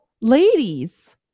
ladies